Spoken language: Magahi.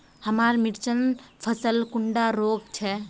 हमार मिर्चन फसल कुंडा रोग छै?